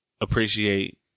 appreciate